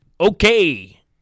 Okay